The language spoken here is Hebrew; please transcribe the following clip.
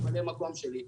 ממלא המקום שלי,